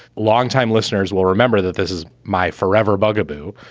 longtime listeners will remember that this is my forever bugaboo.